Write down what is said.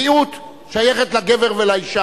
בריאות שייכת לגבר ולאשה,